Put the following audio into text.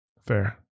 Fair